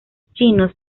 chino